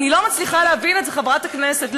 אני לא מצליחה להבין את זה, חברת הכנסת.